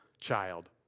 child